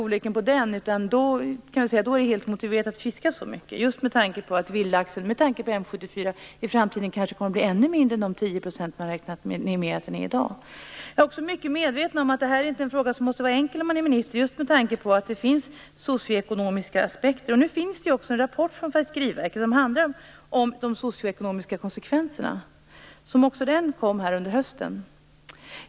Man kan säga att det då är helt motiverat att fiska så mycket just på grund av att vildlaxen med tanke på M74 i framtiden kanske kommer att utgöra en ännu mindre del än de 10 % som man räknat med att den utgör i dag. Jag är också mycket medveten om att detta är en fråga som inte kan vara enkel för ministern, just med tanke på att det finns socio-ekonomiska aspekter på den. Under hösten kom det också en rapport från Fiskeriverket som handlar om de socio-ekonomiska konsekvenserna.